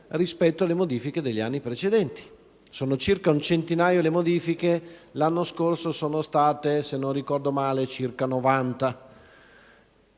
rispetto alle modifiche degli anni precedenti: sono circa un centinaio le modifiche; l'anno scorso sono state, se non ricordo male, circa 90.